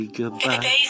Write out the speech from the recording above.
goodbye